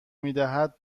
میدهد